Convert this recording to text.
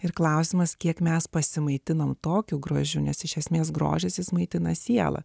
ir klausimas kiek mes pasimaitiname tokiu grožiu nes iš esmės grožis maitina sielą